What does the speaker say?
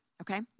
okay